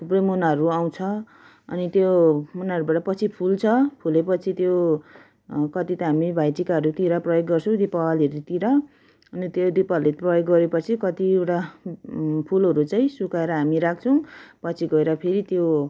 थुप्रै मुनाहरू आउँछ अनि त्यो मुनाहरूबाट पछि फुल्छ फुले पछि त्यो कति त हामीले भाइटिकाहरू तिर प्रयोग गर्छौँ दिपावलीहरू तिर अनि त्यो दिपावली प्रयोग गरे पछि कतिवटा फुलहरू चाहिँ सुकाएर हामी राख्छौँ पछि गएर फेरि त्यो